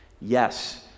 Yes